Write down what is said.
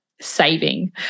saving